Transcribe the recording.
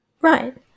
Right